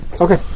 Okay